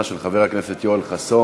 של חבר הכנסת יואל חסון,